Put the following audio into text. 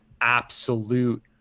absolute